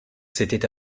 s’était